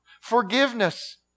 Forgiveness